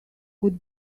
could